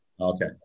Okay